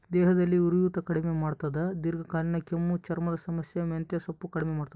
ದೇಹದಲ್ಲಿ ಉರಿಯೂತ ಕಡಿಮೆ ಮಾಡ್ತಾದ ದೀರ್ಘಕಾಲೀನ ಕೆಮ್ಮು ಚರ್ಮದ ಸಮಸ್ಯೆ ಮೆಂತೆಸೊಪ್ಪು ಕಡಿಮೆ ಮಾಡ್ತಾದ